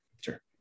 sure